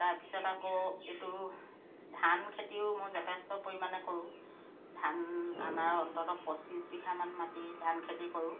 তাৰপিছত আকৌ এইটো ধান খেতিও মই যথেষ্ট পৰিমাণে কৰোঁ ধান আমাৰ অন্ততঃ পঁচিছ বিঘামান মাটি ধান খেতি কৰোঁ